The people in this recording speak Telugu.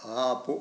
ఆపు